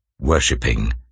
worshipping